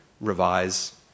revise